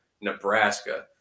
Nebraska